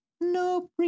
no